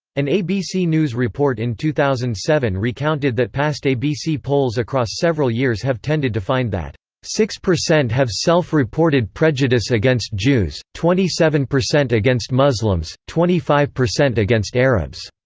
an abc news report in two thousand and seven recounted that past abc polls across several years have tended to find that six percent have self-reported prejudice against jews, twenty seven percent against muslims, twenty five percent against arabs,